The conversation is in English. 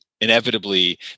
Inevitably